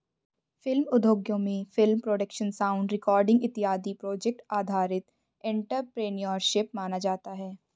film उद्योगों में film production sound recording इत्यादि प्रोजेक्ट आधारित एंटरप्रेन्योरशिप माना जाता है